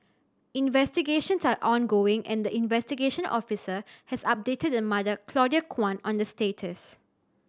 investigations are ongoing and the investigation officer has updated the mother Claudia Kwan on the status